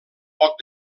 poc